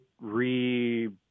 re